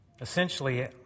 Essentially